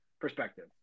perspective